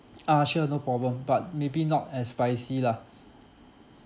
uh sure no problem but maybe not as spicy lah